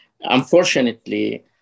unfortunately